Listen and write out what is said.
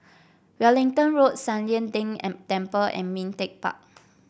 Wellington Road San Lian Deng Temple and Ming Teck Park